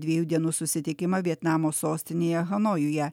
dviejų dienų susitikimą vietnamo sostinėje hanojuje